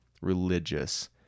religious